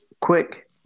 quick